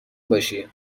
باشی